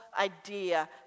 idea